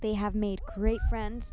they have made great friend